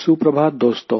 सुप्रभात दोस्तों